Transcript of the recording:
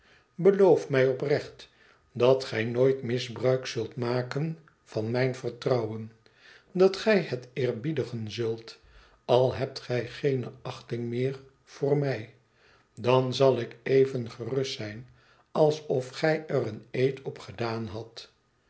beloof mij oprecht dat gij nooit misbruik zult maken van mijn vertrouwen dat gij het eerbiedigen zult al hebt gij geene achting meer voor piij dan zal ik even gerust zijn alsof gij er een eed op gedaan hadt